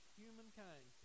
humankind